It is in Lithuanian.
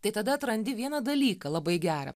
tai tada atrandi vieną dalyką labai gerą